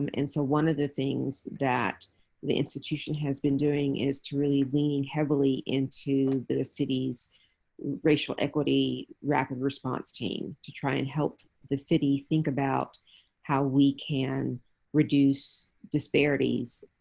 um and so one of the things that the institution has been doing is really leaning heavily into the city's racial equity rapid response team to try and help the city think about how we can reduce disparities